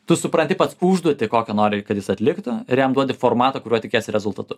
tu supranti pats užduotį kokią nori kad jis atliktų ir jam duodi formatą kuriuo tikiesi rezultatu